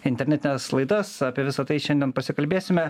internetines laidas apie visa tai šiandien pasikalbėsime